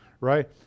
right